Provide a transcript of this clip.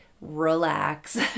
relax